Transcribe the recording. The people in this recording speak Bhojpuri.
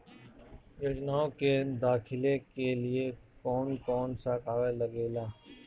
योजनाओ के दाखिले के लिए कौउन कौउन सा कागज लगेला?